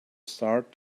start